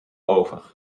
over